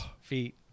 feet